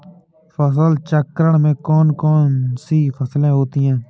फसल चक्रण में कौन कौन सी फसलें होती हैं?